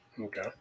Okay